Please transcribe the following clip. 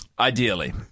Ideally